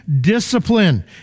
discipline